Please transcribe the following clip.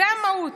זו המהות.